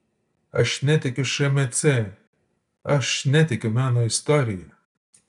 aš netikiu šmc aš netikiu meno istorija